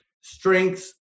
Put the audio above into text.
strengths